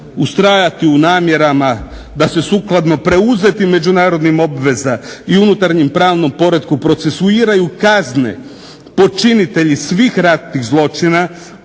Ustrajati u namjerama da se sukladno preuzetih međunarodnim obvezama i unutarnjem pravnom poretku procesuiraju kazne počinitelji svih ratnih zločina.